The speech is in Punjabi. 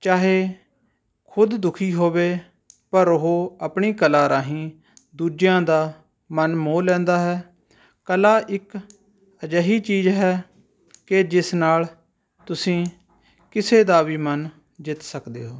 ਚਾਹੇ ਖੁਦ ਦੁਖੀ ਹੋਵੇ ਪਰ ਉਹ ਆਪਣੀ ਕਲਾ ਰਾਹੀਂ ਦੂਜਿਆਂ ਦਾ ਮਨ ਮੋਹ ਲੈਂਦਾ ਹੈ ਕਲਾ ਇੱਕ ਅਜਿਹੀ ਚੀਜ਼ ਹੈ ਕਿ ਜਿਸ ਨਾਲ ਤੁਸੀਂ ਕਿਸੇ ਦਾ ਵੀ ਮਨ ਜਿੱਤ ਸਕਦੇ ਹੋ